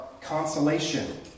consolation